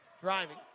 driving